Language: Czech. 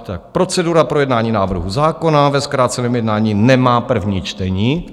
Tak procedura projednání návrhu zákona ve zkráceném jednání nemá první čtení.